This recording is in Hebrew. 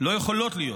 לא יכולות להיות.